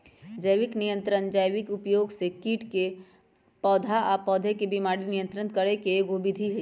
जैविक नियंत्रण जैविक उपयोग से कीट आ पौधा के बीमारी नियंत्रित करे के एगो विधि हई